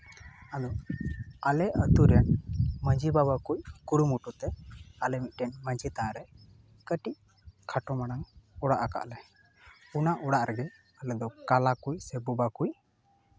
ᱟᱫᱚ ᱟᱞᱮ ᱟᱹᱛᱩᱨᱮ ᱢᱟᱺᱡᱷᱤ ᱵᱟᱵᱟ ᱠᱚ ᱠᱩᱨᱩᱢᱩᱴᱩ ᱛᱮ ᱟᱞᱮ ᱢᱤᱫᱴᱮᱱ ᱢᱟᱺᱡᱷᱤ ᱛᱷᱟᱱ ᱨᱮ ᱠᱟᱹᱴᱤᱡ ᱠᱷᱟᱴᱚ ᱢᱟᱲᱟᱝ ᱚᱲᱟᱜ ᱠᱟᱜ ᱞᱮ ᱚᱱᱟ ᱚᱲᱟᱜ ᱨᱮ ᱟᱞᱮ ᱫᱚ ᱠᱟᱞᱟ ᱠᱩᱡ ᱥᱮ ᱵᱳᱵᱟ ᱠᱩᱡ